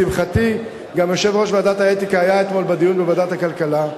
לשמחתי גם יושב-ראש ועדת האתיקה היה אתמול בדיון בוועדת הכלכלה,